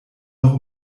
noch